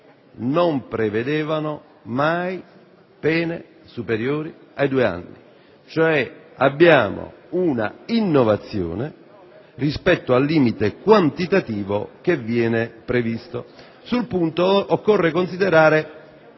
non prevedevano mai pene superiori ai due anni. In sostanza, abbiamo un'innovazione rispetto al limite quantitativo che viene previsto. Sul punto occorre considerare